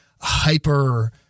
hyper